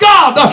God